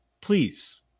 Please